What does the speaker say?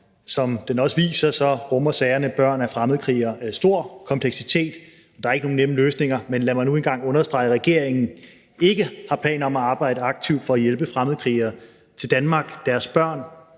som den også viser, rummer sager med børn af fremmedkrigere stor kompleksitet. Der er ikke nogen nemme løsninger, men lad mig nu engang understrege: Regeringen har ikke planer om at arbejde aktivt for at hjælpe fremmedkrigere til Danmark. Deres børn